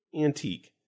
Antique